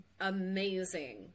amazing